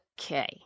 okay